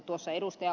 tuossa ed